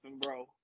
bro